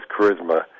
charisma